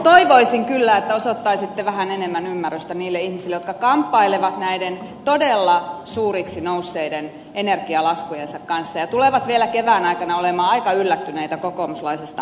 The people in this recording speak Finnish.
toivoisin kyllä että osoittaisitte vähän enemmän ymmärrystä niille ihmisille jotka kamppailevat näiden todella suuriksi nousseiden energialaskujensa kanssa ja tulevat vielä kevään aikana olemaan aika yllättyneitä kokoomuslaisesta veropolitiikasta